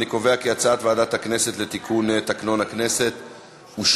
אני קובע כי הצעת ועדת הכנסת לתיקון תקנון הכנסת אושרה.